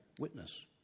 witness